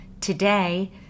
Today